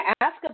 Ask